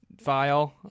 file